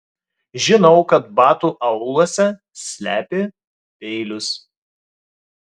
žinau kad batų auluose slepi peilius